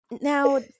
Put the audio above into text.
Now